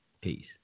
Peace